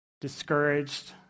discouraged